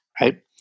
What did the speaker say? right